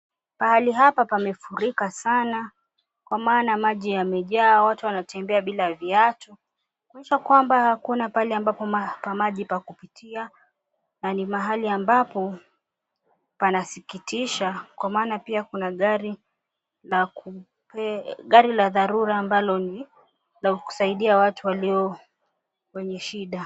Pahali hapa pamefurika sana kwa maana maji yamejaa. Pahali hapa pamefurika sana kwa maana maji yamejaa. Watu wanatembea bila viatu kuonyesha kwamba hakuna mahali ambapo pa maji pa kupitia na ni mahali ambapo pa kusikitisha kwa maana kuna gari la dharura la kusaidia watu kwenye shida.